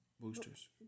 Boosters